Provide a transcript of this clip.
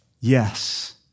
yes